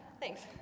Thanks